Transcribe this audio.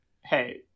hey